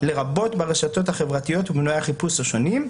לרבות ברשתות החברתיות ומנועי החיפוש השונים.